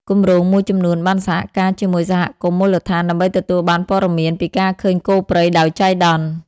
គម្រោងមួយចំនួនបានសហការជាមួយសហគមន៍មូលដ្ឋានដើម្បីទទួលបានព័ត៌មានពីការឃើញគោព្រៃដោយចៃដន្យ។